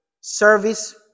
service